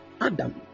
Adam